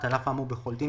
1. על אף האמור בכל דין,